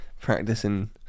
Practicing